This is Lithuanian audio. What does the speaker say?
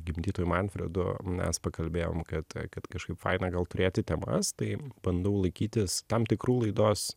gimdytoju manfredu mes pakalbėjom kad kad kažkaip faina gal turėti temas tai bandau laikytis tam tikrų laidos